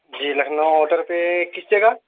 جی Lucknow outer پہ کس جگہ